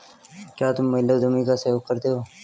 क्या तुम महिला उद्यमी का सहयोग करते हो?